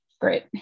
Great